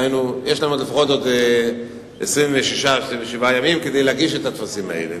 היינו יש להם לפחות עוד 27 ימים להגיש את הטפסים האלה.